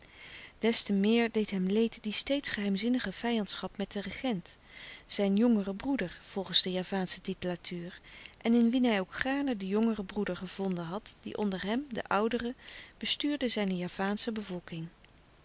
des te meer deed hem leed die steeds geheimzinnige vijandschap met den regent zijn jongeren broeder volgens de javaansche titulatuur en in wien hij ook gaarne den jongeren broeder gevonden had die onder hem den ouderen bestuurde zijne javaansche bevolking